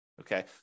Okay